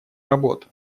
работу